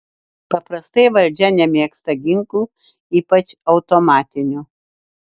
paprastai valdžia nemėgsta ginklų ypač automatinių